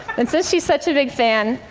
and since she's such a big fan,